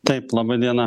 taip laba diena